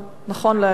נכון להיום,